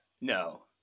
no